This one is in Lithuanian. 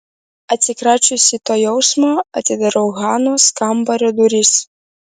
atsikračiusi to jausmo atidarau hanos kambario duris